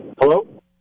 Hello